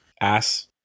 ass